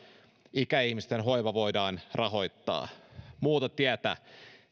ikäihmisten hoiva voidaan rahoittaa muuta tietä